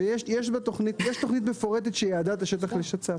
ויש תוכנית מפורטת שייעדה את השטח לשצ"פ,